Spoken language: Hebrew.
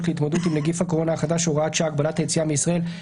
להתמודדות עם נגיף הקורונה החדש (הוראת שעה) (הגבלת היציאה מישראל),